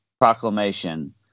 proclamation